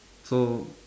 so